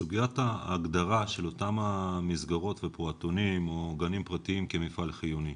סוגיית ההגדרה של אותן המסגרות והפעוטונים או גנים פרטיים כמפעל חיוני.